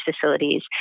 facilities